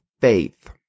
faith